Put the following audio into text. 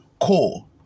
Cool